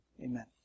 Amen